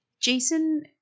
Jason